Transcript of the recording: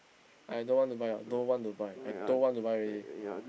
I don't want to buy don't want to buy I don't want to buy already